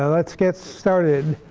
ah let's get started.